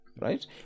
Right